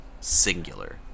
Singular